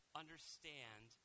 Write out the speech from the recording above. understand